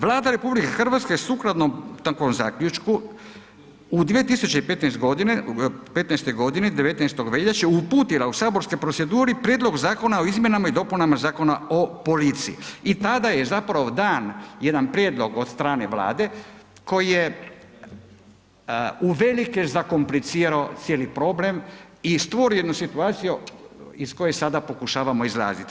Vlada RH sukladno takvom zaključku u 2015. godini 19 veljače uputila u saborsku proceduru Prijedlog Zakona o izmjenama i dopunama Zakona o policiji i tada je zapravo dan jedan prijedlog od strane Vlade koji je u velike zakomplicirao cijeli problem i stvorio jednu situaciju iz koje sada pokušavamo izlaziti.